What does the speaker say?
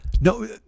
No